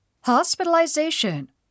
Hospitalization